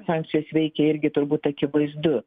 sankcijos veikia irgi turbūt akivaizdu